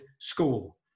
school